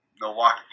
Milwaukee